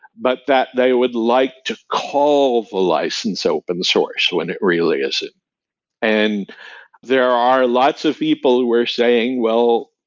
but that they would like to call of a license open source when it really is. and there are lots of people who are saying, well,